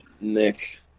Nick